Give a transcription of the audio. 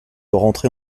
rentrer